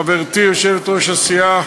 חברתי יושבת-ראש הסיעה,